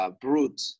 brute